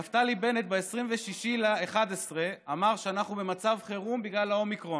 נפתלי בנט אמר ב-26 בנובמבר שאנחנו במצב חירום בגלל האומיקרון.